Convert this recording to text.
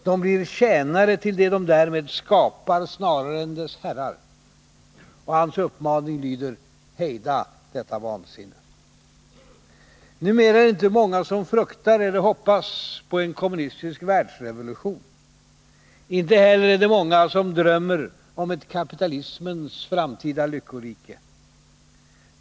De blir tjänare till det de därmed skapar, snarare än dess herrar. Och hans uppmaning lyder: Hejda detta vansinne! Numera är det inte många som fruktar eller hoppas på en kommunistisk världsrevolution. Inte heller är det många som drömmer om ett kapitalismens framtida lyckorike.